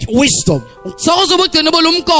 wisdom